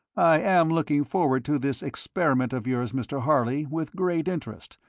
i am looking forward to this experiment of yours, mr. harley, with great interest.